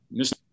Mr